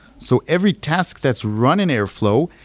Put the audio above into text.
so every task that's running airflow,